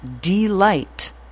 Delight